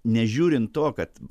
nežiūrint to kad